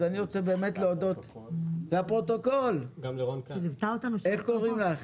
לפרוטוקול, איך קוראים לך?